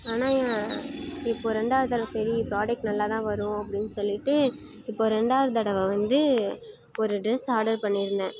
ஆனால் இப்போது ரெண்டாவது தடவை சரி ப்ராடக்ட் நல்லா தான் வரும் அப்படினு சொல்லிட்டு இப்போது ரெண்டாவது தடவை வந்து ஒரு ட்ரெஸ் ஆர்டர் பண்ணியிருந்தேன்